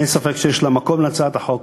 אין ספק שיש לה מקום, להצעת החוק.